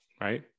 right